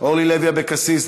אורלי לוי אבקסיס,